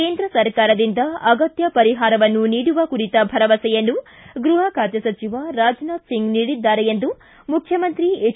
ಕೇಂದ್ರ ಸರ್ಕಾರದಿಂದ ಅಗತ್ವ ಪರಿಹಾರವನ್ನು ನೀಡುವ ಕುರಿತ ಭರವಸೆಯನ್ನು ಗೃಹ ಖಾತೆ ಸಚಿವ ರಾಜ್ನಾಥ್ ಸಿಂಗ್ ನೀಡಿದ್ದಾರೆ ಎಂದು ಮುಖ್ಯಮಂತ್ರಿ ಎಚ್